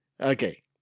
okay